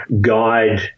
guide